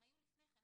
הם היו לפני כן.